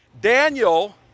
Daniel